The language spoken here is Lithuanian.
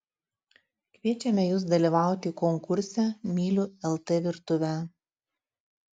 kviečiame jus dalyvauti konkurse myliu lt virtuvę